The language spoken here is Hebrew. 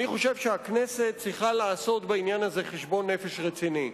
אני חושב שהכנסת צריכה לעשות בעניין הזה חשבון נפש רציני.